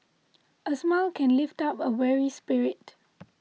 a smile can often lift up a weary spirit